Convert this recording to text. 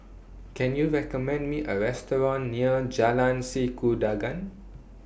Can YOU recommend Me A Restaurant near Jalan Sikudangan